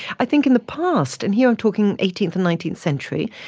i think in the past, and here i'm talking eighteenth and nineteenth century,